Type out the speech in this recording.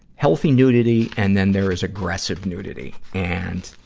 healthy nudity and then there is aggressive nudity. and,